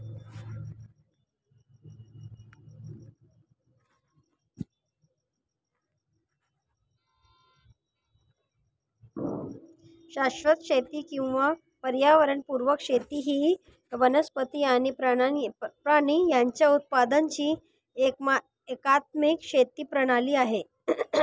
शाश्वत शेती किंवा पर्यावरण पुरक शेती ही वनस्पती आणि प्राणी यांच्या उत्पादनाची एकात्मिक शेती प्रणाली आहे